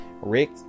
Rick